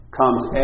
comes